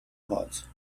hot